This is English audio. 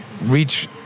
reach –